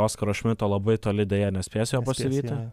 oskaro šmito labai toli deja nespės jo pasivyti